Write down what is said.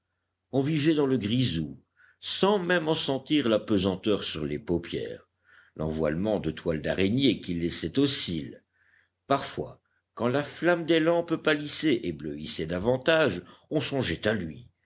on vivait dans le grisou sans même en sentir la pesanteur sur les paupières l'envoilement de toile d'araignée qu'il laissait aux cils parfois quand la flamme des lampes pâlissait et bleuissait davantage on songeait à lui